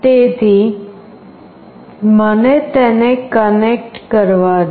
તેથી મને તેને કનેક્ટ કરવા દો